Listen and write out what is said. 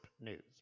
news